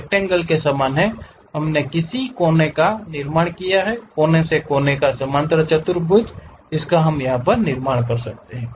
rectangle के समान हमने किस कोने का निर्माण किया है कोने से कोने के समांतर चतुर्भुज भी हम इसका निर्माण कर सकते हैं